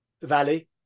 valley